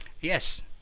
Yes